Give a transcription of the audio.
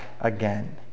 again